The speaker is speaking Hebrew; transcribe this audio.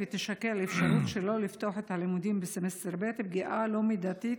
ותישקל אפשרות שלא לפתוח את הלימודים בסמסטר ב' פגיעה לא מידתית,